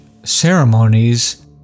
Ceremonies